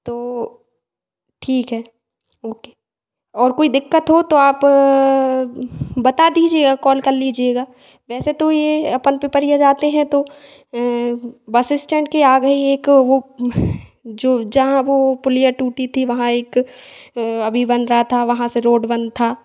तो ठीक है ओ के और कोई दिक्कत हो तो आप बता दीजिएगा कॉल कर लीजिएगा वैसे तो यह अपन पिपरिया जाते हैं तो बस स्टैंड के आगे ही एक वह जो जहाँ वह पुलिया टूटी थी वहाँ एक अभी बन रहा था वहाँ से रोड बंद था